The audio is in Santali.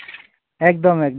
ᱮᱠᱫᱚᱢ